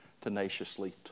tenaciously